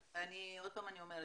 עוד פעם אני אומרת,